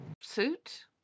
suit